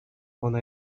ona